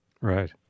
Right